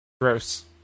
Gross